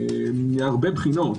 מהרבה בחינות.